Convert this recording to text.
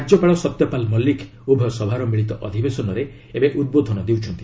ରାଜ୍ୟପାଳ ସତ୍ୟପାଲ୍ ମଲ୍ଲିକ୍ ଉଭୟ ସଭାର ମିଳିତ ଅଧିବେଶନରେ ଉଦ୍ବୋଧନ ଦେଉଛନ୍ତି